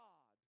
God